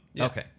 okay